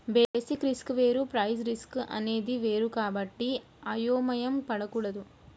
basis risk వేరు price risk అనేది వేరు కాబట్టి అయోమయం పడకూడదు